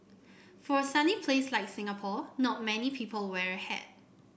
for a sunny place like Singapore not many people wear a hat